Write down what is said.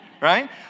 right